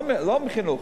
לא עם משרד החינוך,